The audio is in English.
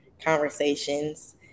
conversations